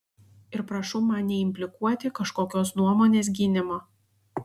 ir prašau man neimplikuoti kažkokios nuomonės gynimo